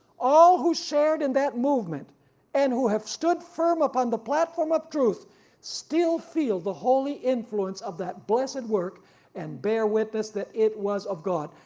all who shared in that movement and who have stood firm upon the platform of truth still feel the holy influence of that blessed work and bear witness that it was of god.